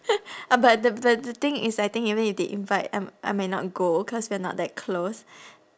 uh but the the the thing is I think even if they invite I m~ I might not go cause we're not that close